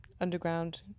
underground